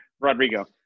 Rodrigo